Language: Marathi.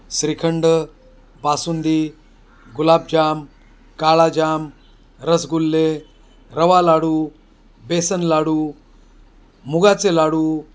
श्रीखंड बासुंदी गुलाबजाम काळाजाम रसगुल्ले रवा लाडू बेसन लाडू मुगाचे लाडू